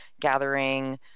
gathering